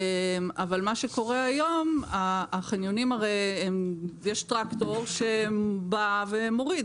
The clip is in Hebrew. אבל מה שקורה היום: החניונים הרי יש טרקטור שבא ומוריד.